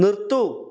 നിർത്തൂ